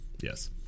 Yes